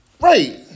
Right